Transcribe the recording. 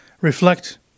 reflect